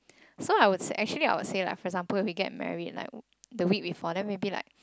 so I would actually I would say lah for example like we get married like the week before then maybe like